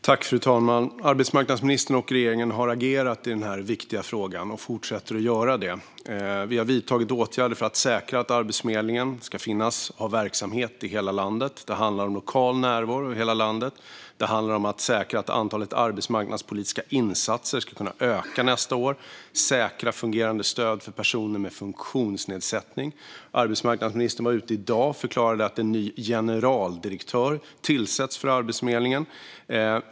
Fru talman! Arbetsmarknadsministern och regeringen har agerat i den här viktiga frågan och fortsätter att göra det. Vi har vidtagit åtgärder för att säkra att Arbetsförmedlingen ska finnas och ha verksamhet i hela landet. Det handlar om lokal närvaro i hela landet, det handlar om att säkra att antalet arbetsmarknadspolitiska insatser ska kunna öka nästa år och det handlar om att säkra fungerande stöd för personer med funktionsnedsättning. Arbetsmarknadsministern var ute i dag och förklarade att en ny generaldirektör tillsätts för Arbetsförmedlingen.